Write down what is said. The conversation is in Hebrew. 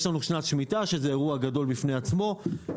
יש שנת שמיטה שהוא אירוע גדול בפני עצמו.